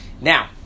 Now